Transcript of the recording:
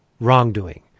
wrongdoing